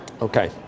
Okay